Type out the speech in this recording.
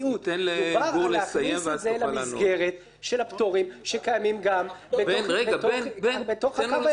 דובר על להכניס את זה למסגרת של הפטורים שקיימים בתוך הקו הירוק.